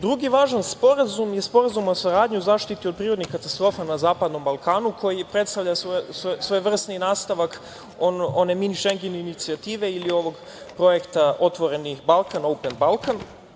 Drugi važan sporazum je Sporazum o saradnji u zaštiti od prirodnih katastrofa na Zapadnom Balkanu, koji predstavlja svojevrsni nastavak one „Mini-Šengen“ inicijative ili ovog projekta „Otvoreni Balkan“ – „Open Balkan“